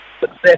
success